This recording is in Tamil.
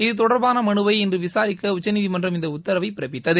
இது தொடர்பான மனுவை இன்று விசாரிக்க உச்சநீதிமன்றம் இந்த உத்தரவை பிறப்பித்தது